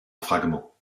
fragments